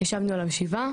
ישבנו עליו שבעה,